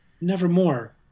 nevermore